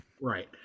Right